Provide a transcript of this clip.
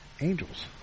Angels